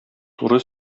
туры